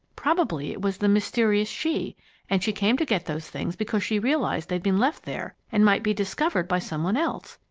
probably it was the mysterious she and she came to get those things because she realized they'd been left there and might be discovered by some one else.